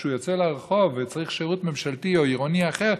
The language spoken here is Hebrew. כשהוא יוצא לרחוב וצריך שירות ממשלתי או עירוני אחר,